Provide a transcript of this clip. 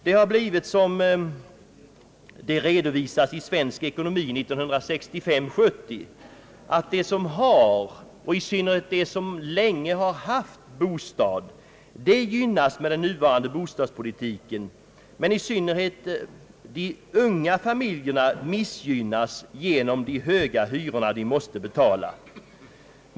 Det har blivit så, som det redovisades i Svensk ekonomi 1965—1970, att de som har och i synnerhet de som länge haft bostad gynnas med den nuvarande bostadspolitiken, medan andra och i synnerhet de unga familjerna missgynnas genom de höga hyror de måste betala.